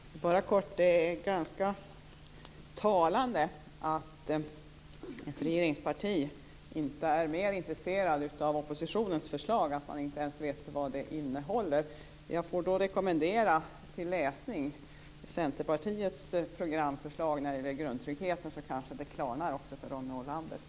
Fru talman! Jag vill bara kort säga att det är ganska talande att ett regeringsparti är så ointresserat av oppositionens förslag att man inte vet vad det innehåller. Jag får rekommendera till läsning Centerpartiets programförslag när det gäller grundtryggheten. Då kanske det klarnar också för Ronny Olander.